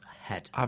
head